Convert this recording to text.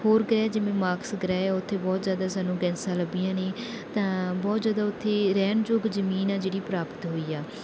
ਹੋਰ ਗ੍ਰਹਿ ਜਿਵੇ ਮਾਰਕਸ ਗ੍ਰਹਿ ਉੱਥੇ ਬਹੁਤ ਜ਼ਿਆਦਾ ਸਾਨੂੰ ਗੈਸਾਂ ਲੱਭੀਆਂ ਨੇ ਤਾਂ ਬਹੁਤ ਜ਼ਿਆਦਾ ਉੱਥੇ ਰਹਿਣ ਯੋਗ ਜ਼ਮੀਨ ਆ ਜਿਹੜੀ ਪ੍ਰਾਪਤ ਹੋਈ ਆ